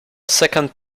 second